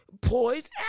poised